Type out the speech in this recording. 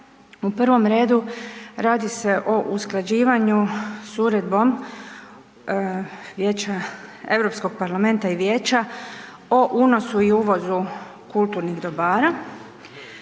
U prvom redu radi se o usklađivanju s uredbom vijeća, Europskog parlamenta i vijeća o unosu i uvozu kulturnih dobara